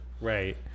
Right